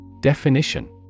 Definition